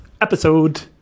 episode